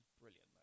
brilliant